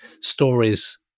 stories